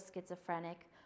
schizophrenic